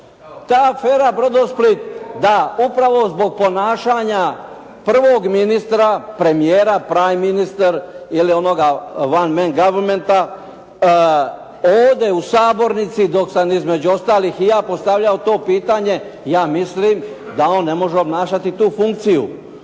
Ta afera Brodosplit da upravo zbog ponašanja prvog ministra, premijera primeminister ili onoga one man goverment, ode u sabornici dok sam između ostalih i ja postavljao to pitanje, ja mislim da on ne može obnašati tu funkciju.